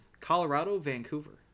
Colorado-Vancouver